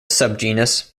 subgenus